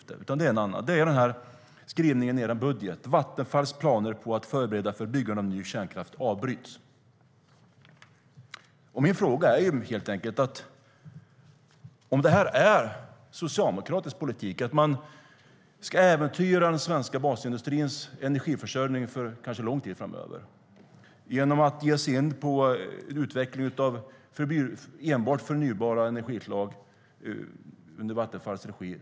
Anledningen är en annan: skrivningen i er budget om att Vattenfalls planer på att förbereda för byggande av ny kärnkraft avbryts. Min fråga är helt enkelt om detta är socialdemokratisk politik. Ska man äventyra den svenska basindustrins energiförsörjning, kanske för lång tid framöver, genom att ge sig in på utvecklingen av enbart förnybara energislag i Vattenfalls regi?